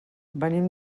venim